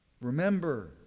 Remember